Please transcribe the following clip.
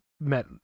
met